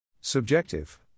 Subjective